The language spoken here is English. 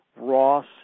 Ross